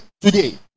today